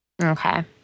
Okay